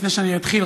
לפני שאני אתחיל,